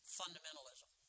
fundamentalism